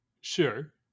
sure